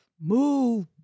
Move